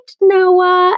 Noah